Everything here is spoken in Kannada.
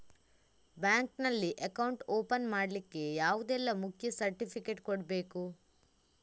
ಬ್ಯಾಂಕ್ ನಲ್ಲಿ ಅಕೌಂಟ್ ಓಪನ್ ಮಾಡ್ಲಿಕ್ಕೆ ಯಾವುದೆಲ್ಲ ಮುಖ್ಯ ಸರ್ಟಿಫಿಕೇಟ್ ಕೊಡ್ಬೇಕು?